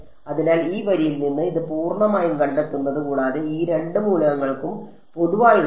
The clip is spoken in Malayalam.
അതിനാൽ ഈ വരിയിൽ നിന്ന് ഇത് പൂർണ്ണമായും കണ്ടെത്തുന്നത് കൂടാതെ ഈ രണ്ട് മൂലകങ്ങൾക്കും പൊതുവായുള്ളതാണ്